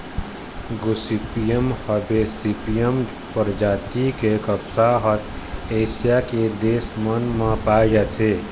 Gossypium herbaceum परजाति के कपसा ह एशिया के देश मन म पाए जाथे